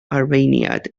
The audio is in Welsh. arweiniad